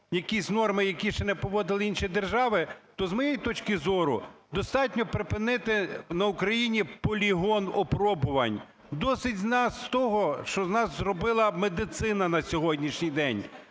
якісь норми, які ще повводили інші держави, то, з моєї точки зору, достатньо припинити на Україні полігон опробувань. Досить з нас того, що з нас зробила медицина на сьогоднішній день.